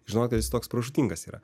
žinoti kad jis toks pražūtingas yra